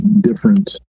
different